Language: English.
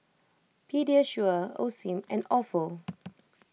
Pediasure Osim and Ofo